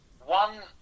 One